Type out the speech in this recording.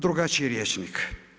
Drugačiji rječnik.